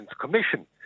Commission